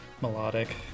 Melodic